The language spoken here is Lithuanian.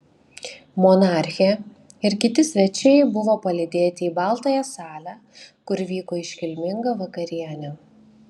monarchė ir kiti svečiai buvo palydėti į baltąją salę kur vyko iškilminga vakarienė